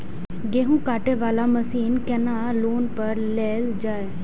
गेहूँ काटे वाला मशीन केना लोन पर लेल जाय?